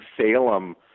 Salem